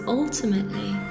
ultimately